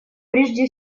прежде